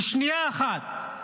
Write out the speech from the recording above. בשנייה אחת,